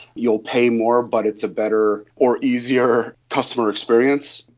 you'll pay more but it's a better or easier customer experience.